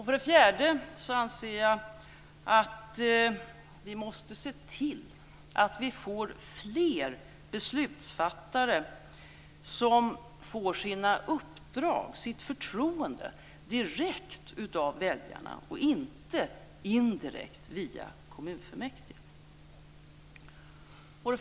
För det fjärde anser jag att vi måste se till att få fler beslutsfattare som får sina uppdrag och sitt förtroende direkt av väljarna och inte indirekt via kommunfullmäktige.